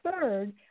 third